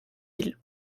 îles